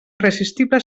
irresistible